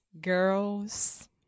girls